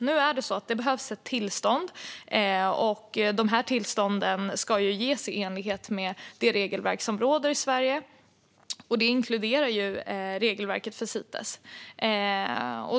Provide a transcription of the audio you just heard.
Nu är det så att det behövs ett tillstånd och att de tillstånden ska ges i enlighet med det regelverk som råder i Sverige, vilket inkluderar regelverket för Cites.